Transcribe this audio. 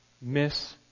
miss